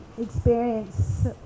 experience